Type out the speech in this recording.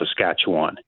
Saskatchewan